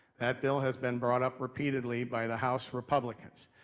that bill has been brought up repeatedly by the house republicans.